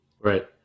Right